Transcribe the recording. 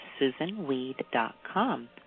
susanweed.com